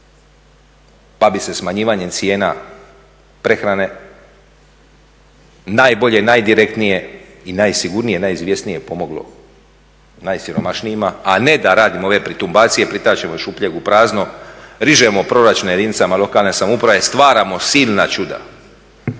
Pa bi se smanjivanjem cijena prehrane najbolje, najdirektnije, i najsigurnije, najizvjesnije pomoglo najsiromašnijima ne da radimo ove pretumbacije, pretačemo iz šupljeg u prazno, režemo proračune jedinicama lokalne samouprave, stvaramo silna čuda